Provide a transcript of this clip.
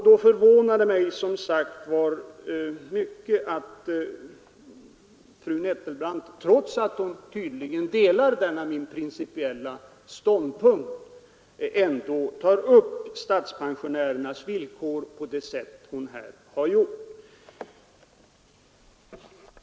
Det förvånar mig mycket att fru Nettelbrandt, trots att hon tydligen delar denna min principiella uppfattning, tar upp statspensionärernas villkor på det sätt som hon här har gjort.